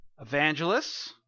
Evangelists